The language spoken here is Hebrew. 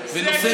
ונושא